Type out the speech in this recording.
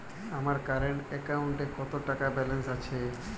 আমার কারেন্ট অ্যাকাউন্টে কত টাকা ব্যালেন্স আছে?